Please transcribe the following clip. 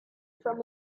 from